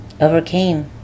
overcame